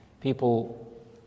People